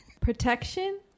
Protection